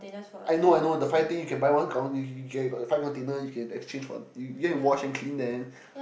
I know I know the five thing you can buy one got one got the five continent you can exchange one you go and wash then clean them